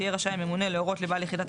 יהיה רשאי הממונה להורות לבעל יחידת